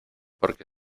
porque